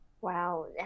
Wow